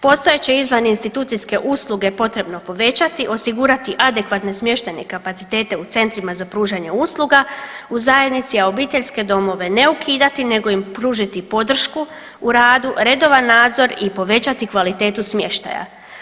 Postojeće izvan institucijske usluge potrebno je povećati, osigurati adekvatne smještajne kapacitete u centrima za pružanje usluga u zajednici, a obiteljske domove ne ukidati, nego im pružiti podršku u radu, redovan nadzor i povećati kvalitetu smještaja.